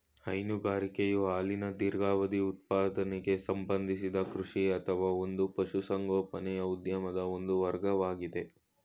ಹೈನುಗಾರಿಕೆಯು ಹಾಲಿನ ದೀರ್ಘಾವಧಿ ಉತ್ಪಾದನೆಗೆ ಸಂಬಂಧಿಸಿದ ಕೃಷಿ ಅಥವಾ ಒಂದು ಪಶುಸಂಗೋಪನೆಯ ಉದ್ಯಮದ ಒಂದು ವರ್ಗವಾಗಯ್ತೆ